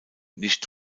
nicht